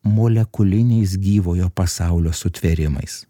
molekuliniais gyvojo pasaulio sutvėrimais